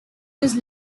was